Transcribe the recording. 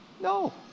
No